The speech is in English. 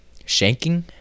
shanking